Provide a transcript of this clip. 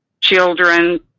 children